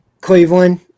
Cleveland